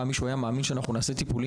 האם פעם מישהו היה מאמין שנעשה טיפולים